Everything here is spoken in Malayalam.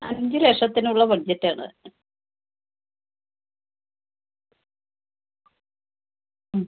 അഞ്ച് ലക്ഷത്തിനുഉള്ള ബഡ്ജറ്റ് ആണ്